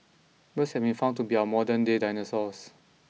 birds have been found to be our modernday dinosaurs